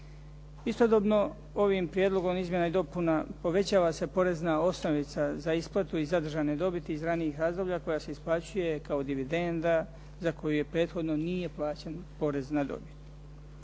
Istodobno ovim prijedlogom izmjena i dopuna povećava se porezna osnovica za isplatu i zadržane dobiti iz ranijih razdoblja koja se isplaćuje kao dividenda za koju prethodno nije plaćen porez na dobit.